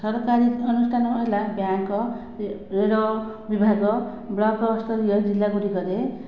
ସରକାରୀ ଅନୁଷ୍ଠାନ ହେଲା ବ୍ୟାଙ୍କ ରେଳ ବିଭାଗ ବ୍ଲକ ସ୍ଥରୀୟ ଜିଲ୍ଲା ଗୁଡ଼ିକରେ